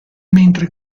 mentre